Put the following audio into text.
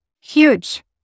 huge